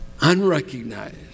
Unrecognized